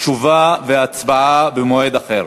תשובה והצבעה במועד אחר.